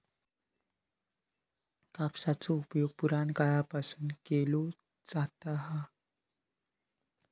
कापसाचो उपयोग पुराणकाळापासून केलो जाता हा